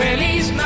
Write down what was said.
Feliz